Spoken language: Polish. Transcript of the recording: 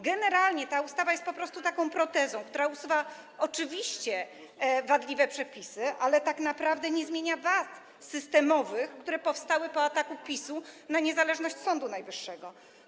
Generalnie ta ustawa jest po prostu taką protezą, która usuwa oczywiście wadliwe przepisy, ale tak naprawdę nie zmienia wad systemowych, które powstały po ataku PiS-u na niezależność Sądu Najwyższego.